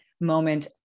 moment